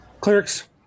Clerics